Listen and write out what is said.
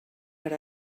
per